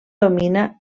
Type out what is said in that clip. domina